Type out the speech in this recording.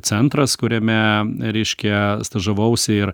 centras kuriame reiškia stažavausi ir